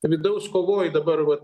vidaus kovoj dabar vat